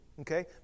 okay